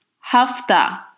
Hafta